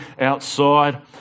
outside